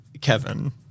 Kevin